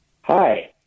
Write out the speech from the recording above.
Hi